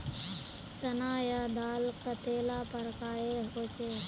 चना या दाल कतेला प्रकारेर होचे?